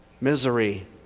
misery